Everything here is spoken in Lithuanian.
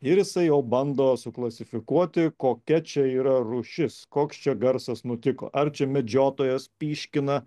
ir jisai jau bando suklasifikuoti kokia čia yra rūšis koks čia garsas nutiko ar čia medžiotojas pyškina